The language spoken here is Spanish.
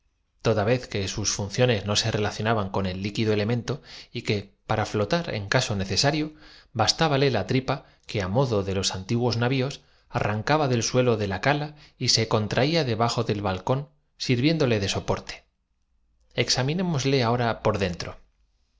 toda vez que sus funcio nes no se relacionaban con el líquido elemento y que para flotar en caso necesario bastábale la tripa que á modo de los antiguos navios arrancaba del suelo de la cala y se contraía debajo del balcón sirviéndole de onstaba el anacronópete soporte examinémosle ahora por dentro